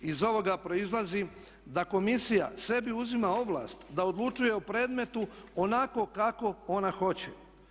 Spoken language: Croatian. Iz ovoga proizlazi da komisija sebi uzima ovlast da odlučuju o predmetu onako kako ona hoće.